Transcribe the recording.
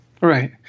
Right